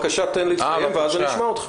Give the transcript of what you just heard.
תן לי לסיים ואני אשמע אותך.